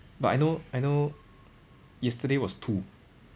but I know I know yesterday was two